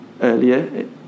earlier